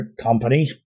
company